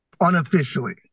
unofficially